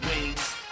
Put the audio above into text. wings